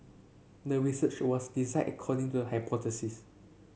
the research was designed according to hypothesis